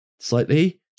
Slightly